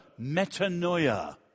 metanoia